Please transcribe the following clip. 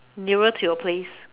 nearer to your place